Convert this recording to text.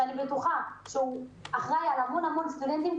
שאני בטוחה שאחראי על המון סטודנטים,